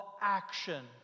action